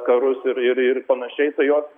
karus ir ir ir panašiai tai jos